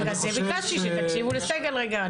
אז בגלל זה ביקשתי שתקשיבו לסגל רגע,